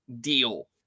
deal